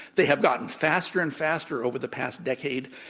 they have gotten faster and faster over the past decade.